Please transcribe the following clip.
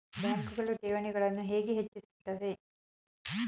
ಬ್ಯಾಂಕುಗಳು ಠೇವಣಿಗಳನ್ನು ಹೇಗೆ ಹೆಚ್ಚಿಸುತ್ತವೆ?